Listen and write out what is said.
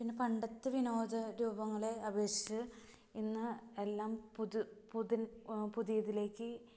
പിന്നെ പണ്ടത്തെ വിനോദ രൂപങ്ങളെ അപേക്ഷിച്ച് ഇന്ന് എല്ലാം പുതിയതിലേക്ക്